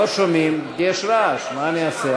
לא שומעים כי יש רעש, מה אני אעשה?